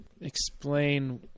explain